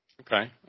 Okay